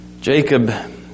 Jacob